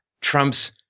Trump's